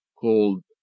called